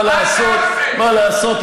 מה לעשות,